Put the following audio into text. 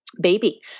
baby